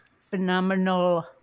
phenomenal